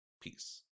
Peace